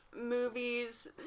movies